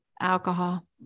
Alcohol